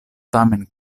tamen